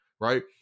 right